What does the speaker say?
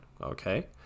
okay